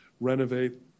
renovate